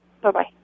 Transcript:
Bye-bye